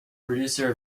producer